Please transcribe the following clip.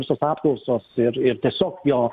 visos apklausos ir ir tiesiog jo